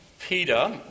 Peter